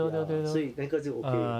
ya 所以那个就 okay